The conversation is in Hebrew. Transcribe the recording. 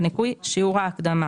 בניכוי שיעור ההקדמה".